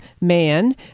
man